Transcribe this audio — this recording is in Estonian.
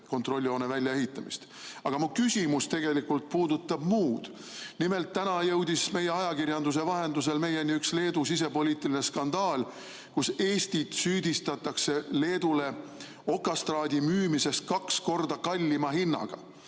kontrolljoone väljaehitamist. Aga mu küsimus puudutab muud. Nimelt, täna jõudis meie ajakirjanduse vahendusel meieni üks Leedu sisepoliitiline skandaal, kus Eestit süüdistatakse Leedule okastraadi müümises kaks korda kallima hinnaga.